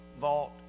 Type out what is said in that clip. vault